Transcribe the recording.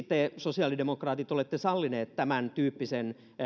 te sosiaalidemokraatit olette sallineet tämän tyyppisen